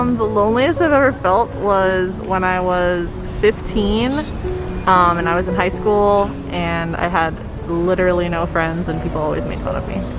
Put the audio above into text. um the loneliest i've ever felt was when i was fifteen um and i was in high school and i had literally no friends and people always made fun of me.